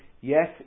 yes